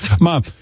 Mom